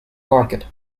market